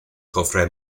cofre